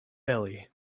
belly